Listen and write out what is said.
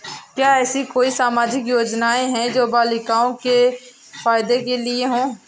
क्या ऐसी कोई सामाजिक योजनाएँ हैं जो बालिकाओं के फ़ायदे के लिए हों?